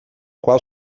qual